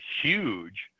huge